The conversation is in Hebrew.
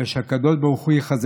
מי שצריך רפואה שלמה,